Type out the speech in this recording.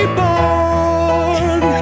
born